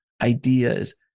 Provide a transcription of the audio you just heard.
ideas